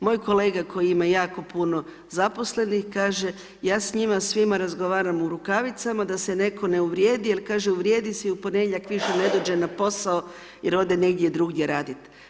Moj kolega koji ima jako puno zaposlenih kaže, ja s njima svima razgovaram u rukavicama, da se netko ne uvrijedi, jer kaže uvrijedi se i u ponedjeljak više ne dođe na posao jer ode negdje drugdje radit.